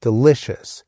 delicious